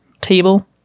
table